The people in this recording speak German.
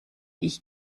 ich